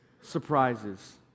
surprises